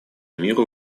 миру